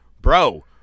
bro